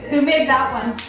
who made that one?